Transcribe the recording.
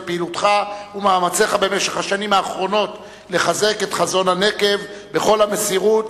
על פעילותך ומאמציך במשך השנים האחרונות לחזק את חזון הנגב בכל המסירות,